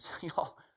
Y'all